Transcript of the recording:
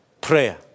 prayer